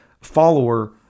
follower